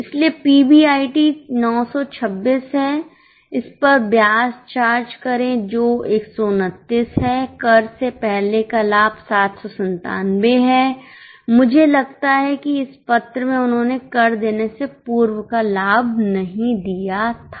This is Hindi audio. इसलिए पीबीआईटी 926 है इस पर ब्याज चार्ज करें जो 129 है कर से पहले का लाभ 797 है मुझे लगता है कि इस पत्र में उन्होंने कर देने से पूर्व का लाभ नहीं दिया था